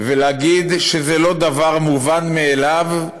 ולהגיד שזה לא דבר מובן מאליו,